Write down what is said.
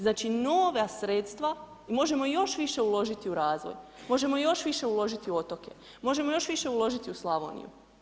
Znači nova sredstva, možemo još više uložiti u razvoj, možemo još više uložiti u otoke, možemo još više uložiti u Slavoniju.